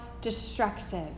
destructive